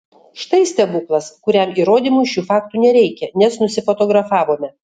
štai stebuklas kuriam įrodymui šių faktų nereikia nes nusifotografavome